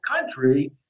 country